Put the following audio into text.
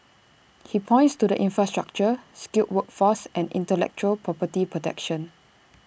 he points to the infrastructure skilled workforce and intellectual property protection